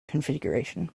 configuration